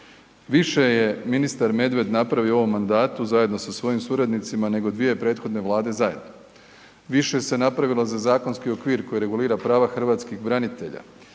više je ministar Medved napravio u ovom mandatu zajedno sa svojim suradnicima nego dvije prethodne vlade zajedno. Više se napravilo za zakonski okvir koji regulira prava Hrvatskih branitelja,